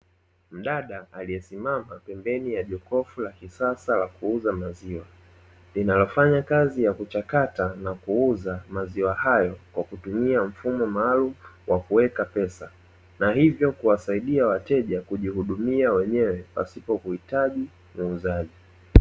Mdada aliyesimama pembeni ya jokofu la kisasa la kuuza maziwa, linalofanya kazi ya kuchakata na kuuza maziwa hayo kwa kutumia mfumo maalumu wa kuweka pesa, na hivyo kuwasaidia wateja kujihudumia wenyewe pasipo kuhitaji muuzaji.